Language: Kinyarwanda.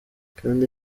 kanda